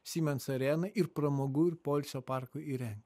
siemens arenai ir pramogų ir poilsio parkui įreng